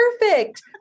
Perfect